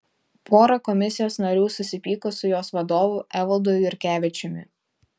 pora komisijos narių susipyko su jos vadovu evaldu jurkevičiumi